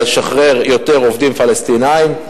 לשחרר יותר עובדים פלסטינים.